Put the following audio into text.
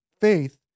faith